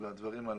אז,